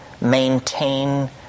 maintain